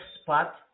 spot